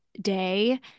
day